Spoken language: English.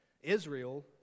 Israel